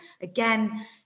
again